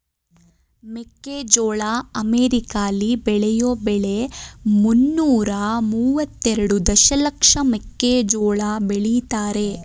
ಮೆಕ್ಕೆಜೋಳ ಅಮೆರಿಕಾಲಿ ಬೆಳೆಯೋ ಬೆಳೆ ಮುನ್ನೂರ ಮುವತ್ತೆರೆಡು ದಶಲಕ್ಷ ಮೆಕ್ಕೆಜೋಳ ಬೆಳಿತಾರೆ